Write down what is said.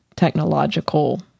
technological